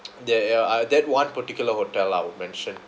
there uh that one particular hotel I will mention